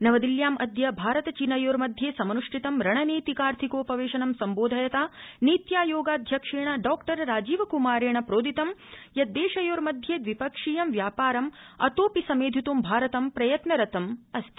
नवदिल्याम् अद्य भारत चीनयोर्मध्ये समन्ष्ठितं रणनीतिकार्थिक उपवेशनं सम्बोधयता नीत्यायोगाध्यक्षेण डॉक्टर राजीव क्मारेण प्रोदितं यत् देशयोर्मध्ये द्विपक्षीयं व्यापारम् अतोऽपि समेधित् भारतं प्रयत्नरतमस्ति